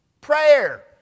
Prayer